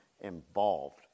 involved